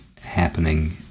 happening